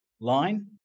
line